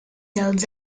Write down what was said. dels